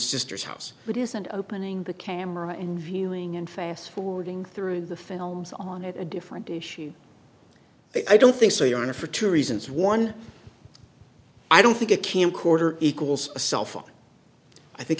sister's house it isn't opening the camera and viewing and fast forwarding through the films on a different issue i don't think so your honor for two reasons one i don't think a camcorder equals a cell phone i think